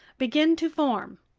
begin to form.